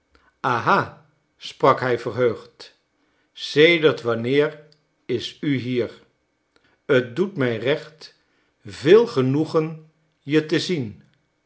aha sprak hij verheugd sedert wanneer is u hier t doet mij recht veel genoegen je te zien